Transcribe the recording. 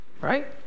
Right